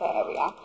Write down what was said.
area